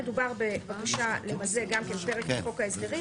2. הצעת חוק שמירת הניקיון (תיקון,